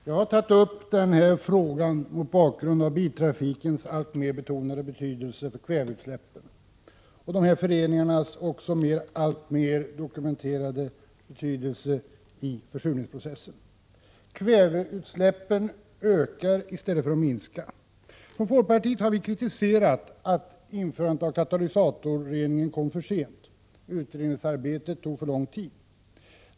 Herr talman! Jag har tagit upp den här frågan mot bakgrund av biltrafikens allt större betydelse när det gäller kväveutsläppen och dessa föreningars alltmer dokumenterade betydelse i försurningsprocessen. Kväveutsläppen ökar i stället för att minska. Från folkpartiet har vi kritiserat att införandet av katalysatorreningen kom för sent. Utredningsarbetet tog för lång tid.